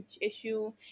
issue